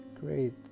great